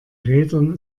rädern